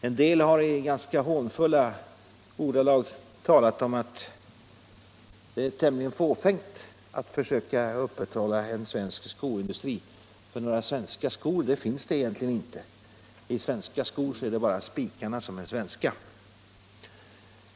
En del har i ganska hånfulla ordalag talat om att det är tämligen fåfängt att försöka upprätthålla en svensk industri, för några svenska skor finns det egentligen inte — i svenska skor är bara spikarna svenska.